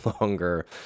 longer